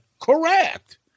Correct